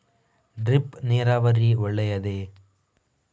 Drip ನೀರಾವರಿ ಒಳ್ಳೆಯದೇ?